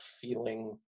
feeling